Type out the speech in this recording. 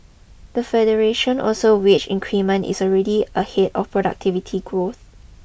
the federation also wage increment is already ahead of productivity growth